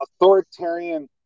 authoritarian